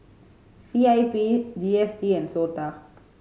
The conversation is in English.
C I P G S T and SOTA